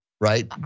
right